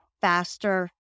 faster